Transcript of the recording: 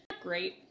Great